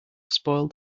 spoil